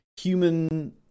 Human